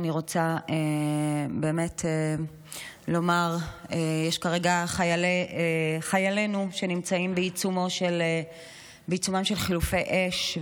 אני רוצה באמת לומר: יש כרגע חיילנו נמצאים בעיצומם של חילופי אש,